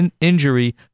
injury